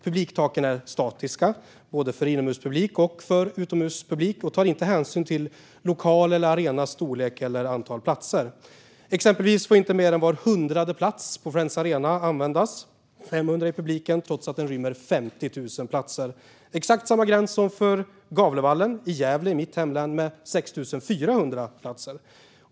Publiktaken är statiska både för inomhuspublik och för utomhuspublik, och de tar inte hänsyn till lokalens eller arenans storlek eller antalet platser. Exempelvis får inte mer än var hundrade plats på Friends Arena användas - man får bara vara 500 i publiken, trots att arenan rymmer 50 000 platser. Det är exakt samma gräns som för Gavlevallen i mitt hemlän Gävle, som har 6 400 platser.